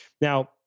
Now